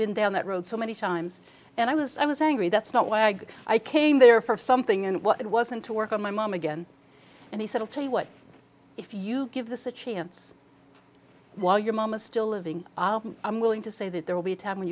been down that road so many times and i was i was angry that's not why i go i came there for something and it wasn't to work on my mom again and he said i'll tell you what if you give this a chance while your mama still living i'm willing to say that there will be a time when